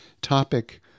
topic